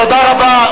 תודה רבה.